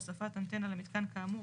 או הוספת אנטנה למיתקן כאמור,